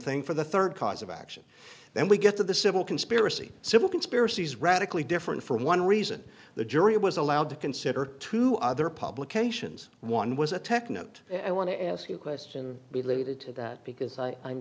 thing for the third cause of action then we get to the civil conspiracy civil conspiracies radically different for one reason the jury was allowed to consider two other publications one was a tech note i want to ask you a question related to that because i